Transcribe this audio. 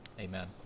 Amen